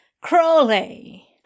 Crowley